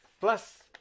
plus